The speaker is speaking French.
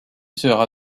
sera